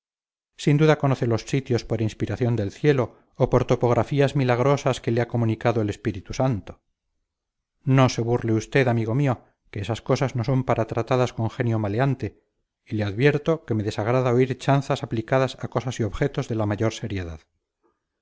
sin duda conoce los sitios por inspiración del cielo o por topografías milagrosas que le ha comunicado el espíritu santo no se burle usted amigo mío que estas cosas no son para tratadas con genio maleante y le advierto que me desagrada oír chanzas aplicadas a cosas y objetos de la mayor seriedad